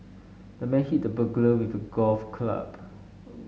the man hit the burglar with a golf club